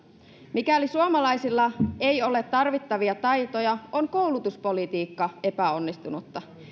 mikäli suomalaisilla ei ole tarvittavia taitoja on koulutuspolitiikka epäonnistunutta